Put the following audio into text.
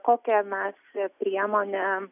kokią mes priemonę